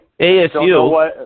ASU